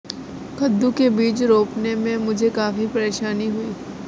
कद्दू के बीज रोपने में मुझे काफी परेशानी हुई